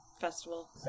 festival